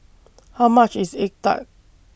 How much IS Egg Tart